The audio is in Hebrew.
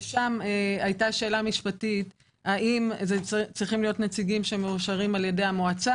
ושם היתה שאלה משפטית - האם צריכים להיות נציגים שמאושרים על-ידי המועצה